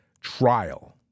trial